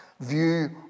view